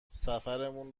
سفرمون